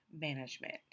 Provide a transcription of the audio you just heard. Management